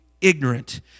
ignorant